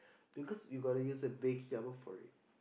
because you gotta use a baking oven for it